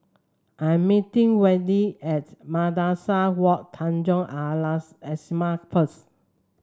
I'm meeting Wendi at Madrasah Wak Tanjong Al Islamiah first